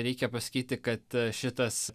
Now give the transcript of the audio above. reikia pasakyti kad a šitas